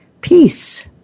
peace